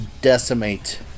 decimate